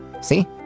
See